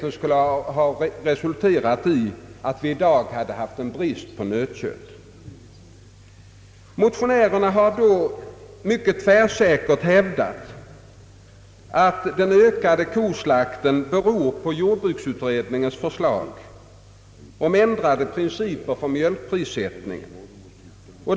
Det skulle ha resulterat i en brist på nötkött. Motionärerna har mycket tvärsäkert hävdat att den i år ökade koslakten beror på jordbruksutredningens förslag om ändrade principer för mjölkprissättningen.